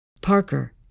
Parker